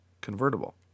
Convertible